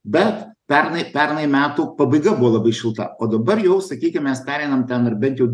bet pernai pernai metų pabaiga buvo labai šilta o dabar jau sakykim mes pereinam ten ar bet jau